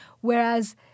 whereas